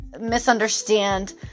misunderstand